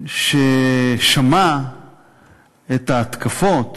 מי ששמע את ההתקפות